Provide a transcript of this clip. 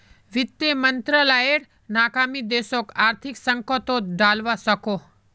वित मंत्रालायेर नाकामी देशोक आर्थिक संकतोत डलवा सकोह